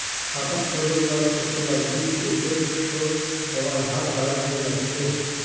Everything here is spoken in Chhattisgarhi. खाता खोले बर फोटो लगही एक एक ठो अउ आधार कारड भी लगथे?